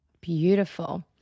Beautiful